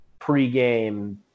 pregame